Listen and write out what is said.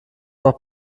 noch